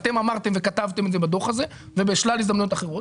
אתם אמרתי וכתבתם את זה בדוח הזה ובשלל הזדמנויות אחרות.